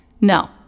No